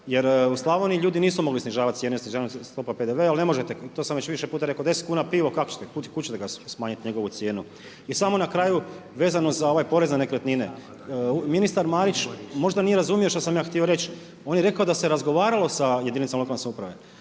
Jer u Slavoniji ljudi nisu mogli snižavati cijene stope PDV-a jer ne možete, to sam već više puta rekao, 10 kuna pivo, kud ćete smanjiti njegovu cijenu. I još samo na kraju vezano za ovaj porez na nekretnine, ministar Marić možda nije razumio što sam ja htio reći, on je rekao da se razgovaralo sa jedinicama lokalne samouprave